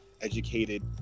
educated